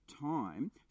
time